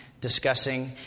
discussing